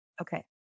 Okay